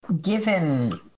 Given